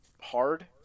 hard